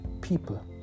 people